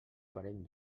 farem